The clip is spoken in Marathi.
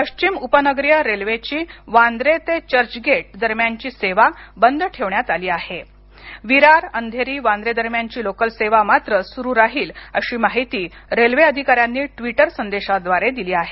पश्चिम उपनगरीय रेल्वे ची वांद्रे ते चर्चगेट दरम्यानची सेवा बंद ठेवण्यात आली आहे विरार अंधेरी वांद्रे दरम्यानची लोकलसेवा मात्र सुरु राहील अशी माहिती रेल्वे अधिकाऱ्यांनी ट्वीटर संदेशाद्वारे दिली आहे